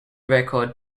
record